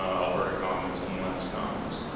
um alberta commons and lentz commons.